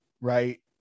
right